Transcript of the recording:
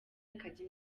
ikajya